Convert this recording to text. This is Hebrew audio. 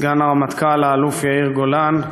סגן הרמטכ"ל האלוף יאיר גולן,